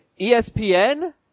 espn